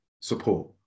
support